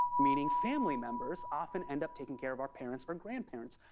meaning family members, often end up taking care of our parents or grandparents,